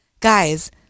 guys